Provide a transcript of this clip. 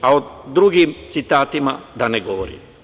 A o drugim citatima da ne govorim.